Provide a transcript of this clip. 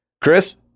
Chris